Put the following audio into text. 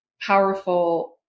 powerful